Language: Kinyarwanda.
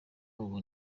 ubu